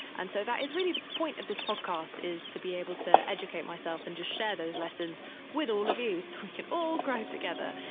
and so that is really the point of this podcast, is to be able to educate myself and just share those lessons with all of you. so we can all grow together.